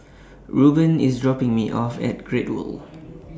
Rueben IS dropping Me off At Great World